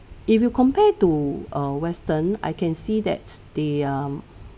if you compare to uh western I can see that they are um